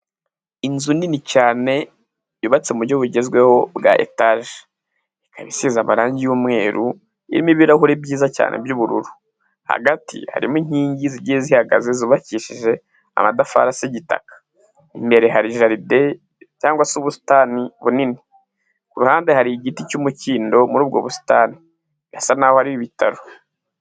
Inzu nini cyane yubatse mu buryo bugezweho bwa etaje. Ikaba isize amarangi y'umweru. Irimo ibirahuri byiza cyane by'ubururu. Hagati harimo inkingi zigiye zihagaze zubakishije amadafari y'igitaka. Imbere hari jaride cyangwa se ubusitani bunini. Ku ruhande hari igiti cy'umukindo muri ubwo busitani, birasa naho ari ibitaro.